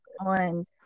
on